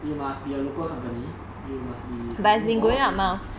you must be a local company you must be I don't know for how many years ah